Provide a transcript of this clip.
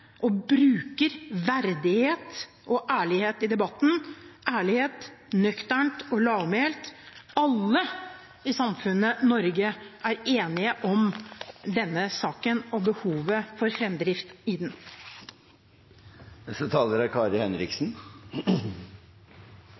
og bruker verdighet og ærlighet i debatten – ærlighet, nøkternt og lavmælt. Alle i samfunnet Norge er enige om denne saken og behovet for framdrift i